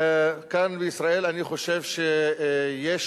כאן בישראל אני חושב שיש,